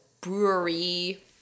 brewery